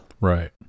Right